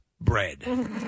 bread